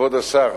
כבוד השר,